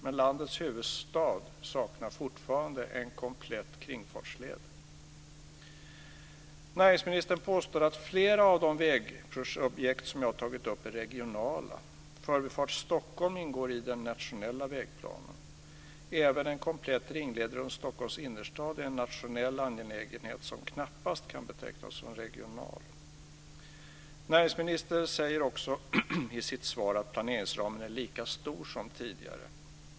Men landets huvudstad saknar fortfarande en komplett kringfartsled. Näringsministern påstår att flera av de vägobjekt som jag tagit upp är regionala. Förbifart Stockholm ingår i den nationella vägplanen. Även en komplett ringled runt Stockholms innerstad är en nationell angelägenhet som knappast kan betecknas som regional. Näringsministern säger också i sitt svar att planeringsramen är lika stor som tidigare.